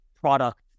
product